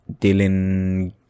Dylan